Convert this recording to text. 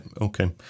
okay